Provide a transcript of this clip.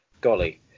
golly